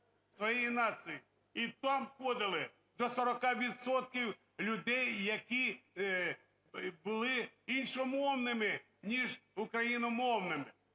своєї нації. І там входили до 40 відсотків людей, які були іншомовними, ніж україномовними.